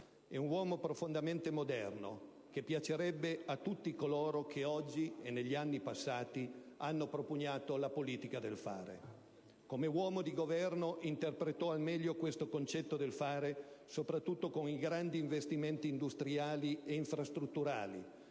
È un uomo profondamente moderno che piacerebbe a tutti coloro che oggi e negli anni passati hanno propugnato la politica del fare. Come uomo di governo interpretò al meglio questo concetto del fare, soprattutto con i grandi investimenti industriali e infrastrutturali